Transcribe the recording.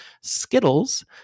Skittles